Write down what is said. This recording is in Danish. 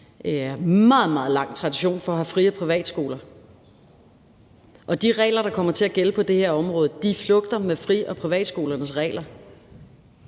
meget, meget lang tradition for at have fri- og privatskoler, og de regler, der kommer til at gælde på det her område, flugter med fri- og privatskolernes regler.